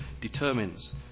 determines